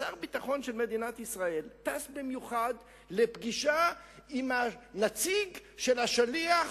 שר הביטחון של מדינת ישראל טס במיוחד לפגישה עם הנציג של השליח